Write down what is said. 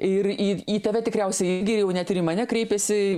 ir į į tave tikriausiai irgi jau net ir į mane kreipėsi